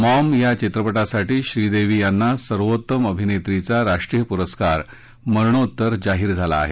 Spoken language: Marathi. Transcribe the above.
मॉम चित्रपटासाठी श्रीदेवी यांना सर्वोत्तम अभिनेत्रीचा राष्ट्रीय पुरस्कार मरणोत्तर जाहीर झाला आहे